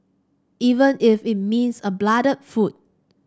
even if it means a bloodied foot